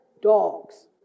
dogs